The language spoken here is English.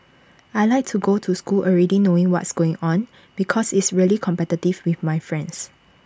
I Like to go to school already knowing what's going on because it's really competitive with my friends